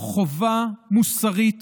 חובה מוסרית